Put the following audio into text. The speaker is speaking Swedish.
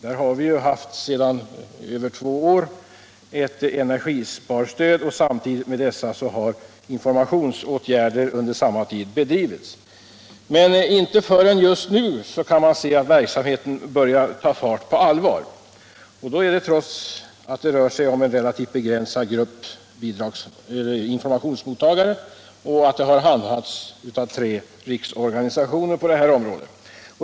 Vi har i mer än två år haft ett energisparstöd för sådana, och under samma tid har man gått ut med information. Men inte förrän just nu har verksamheten börjat ta fart på allvar, trots att det rör sig om en relativt begränsad grupp informationsmottagare och trots att den har handhafts av tre riksorganisationer på detta område.